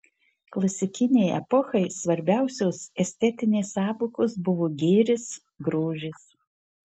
klasikinei epochai svarbiausios estetinės sąvokos buvo gėris grožis